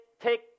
take